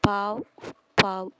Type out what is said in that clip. pawpaw